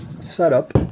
setup